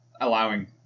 allowing